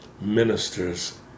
ministers